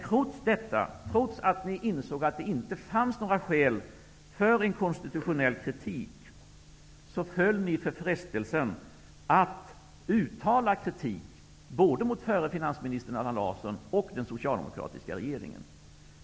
Trots detta, trots att ni insåg att det inte fanns några skäl för en konstitutionell kritik föll ni för frestelsen att uttala kritik både mot förre finansministern Allan Larsson och mot den socialdemokratiska regeringen.